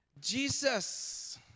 Jesus